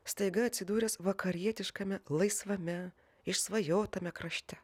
staiga atsidūręs vakarietiškame laisvame išsvajotame krašte